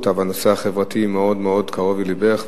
אבל הנושא החברתי מאוד מאוד קרוב ללבך,